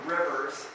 Rivers